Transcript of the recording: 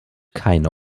keine